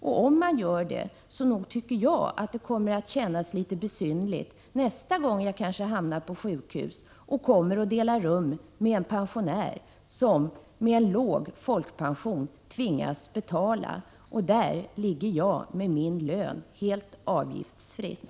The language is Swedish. Om det blir så, tycker i alla fall jag att det kommer att kännas litet besynnerligt nästa gång jag hamnar på sjukhus och kanske delar rum med en pensionär med låg folkpension som tvingas betala för vården, medan jag, som har min lön, ligger där helt avgiftsfritt.